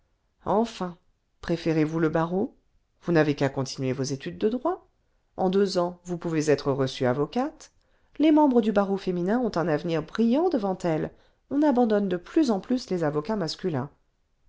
enfin préférez-vous le barreau vous n'avez qu'à continuer vos études de droit eu deux ans vous pouvez être reçue avocate les membres du barreau féminin ont un avenir brillant devant elles on abandonne de plus en plus les avocats masculins